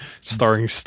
Starring